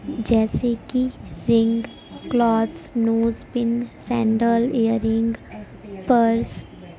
جیسے کی ring clothes nose pin sandal earring purse